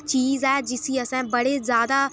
चीज ऐ जिसी असें बड़े ज्यादा